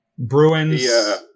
Bruins